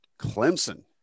clemson